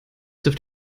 dürft